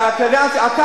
העניין, סגן השר.